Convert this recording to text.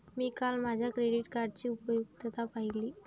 मी काल माझ्या क्रेडिट कार्डची उपयुक्तता पाहिली